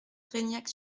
reignac